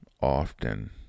often